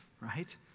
right